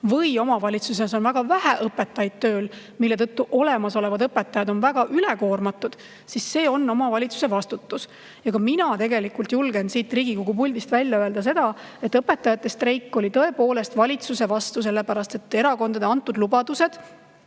või omavalitsuses on väga vähe õpetajaid tööl, mille tõttu olemasolevad õpetajad on väga ülekoormatud, siis see on omavalitsuse vastutus. Ja mina julgen siit Riigikogu puldist välja öelda seda, et õpetajate streik oli tõepoolest valitsuse vastu, sellepärast et erakondade antud lubadused